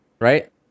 right